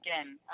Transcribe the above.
again